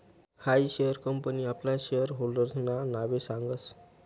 हायी share company आपला share होल्डर्सना नावे सांगस